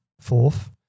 Fourth